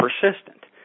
persistent